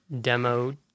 demo